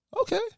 okay